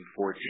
2014